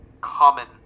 common